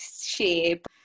shape